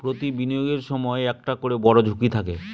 প্রতি বিনিয়োগের সময় একটা করে বড়ো ঝুঁকি থাকে